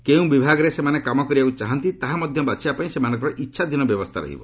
କେଉଁ ବିଭାଗରେ ସେମାନେ କାମ କରିବାକୁ ଚାହାନ୍ତି ତାହା ମଧ୍ୟ ବାଛିବା ପାଇଁ ସେମାନଙ୍କର ଇଚ୍ଛାଧୀନ ବ୍ୟବସ୍ଥା ରହିବ